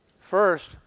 first